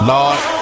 Lord